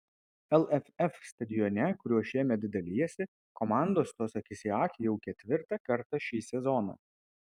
lff stadione kuriuo šiemet dalijasi komandos stos akis į akį jau ketvirtą kartą šį sezoną